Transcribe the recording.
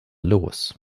los